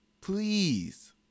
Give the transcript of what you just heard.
please